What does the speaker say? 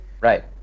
Right